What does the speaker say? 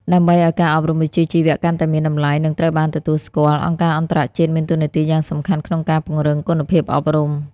ដើម្បីឱ្យការអប់រំវិជ្ជាជីវៈកាន់តែមានតម្លៃ និងត្រូវបានទទួលស្គាល់ អង្គការអន្តរជាតិមានតួនាទីយ៉ាងសំខាន់ក្នុងការពង្រឹងគុណភាពអប់រំ។